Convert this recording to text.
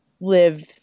live